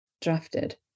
drafted